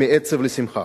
מעצב לשמחה.